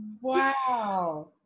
Wow